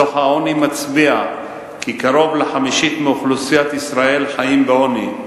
דוח העוני מצביע כי קרוב לחמישית מאוכלוסיית ישראל חיה בעוני,